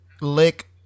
lick